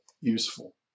useful